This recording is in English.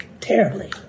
Terribly